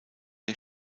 der